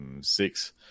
six